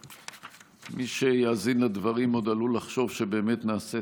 מי שיאזין לדברים עוד עלול לחשוב שבאמת נעשית